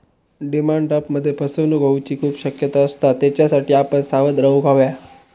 demand ड्राफ्टमध्ये फसवणूक होऊची खूप शक्यता असता, त्येच्यासाठी आपण सावध रेव्हूक हव्या